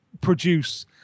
produce